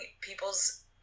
people's